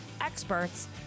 experts